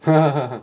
P_D_L